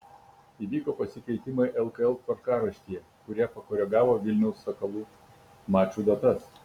įvyko pasikeitimai lkl tvarkaraštyje kurie pakoregavo vilniaus sakalų mačų datas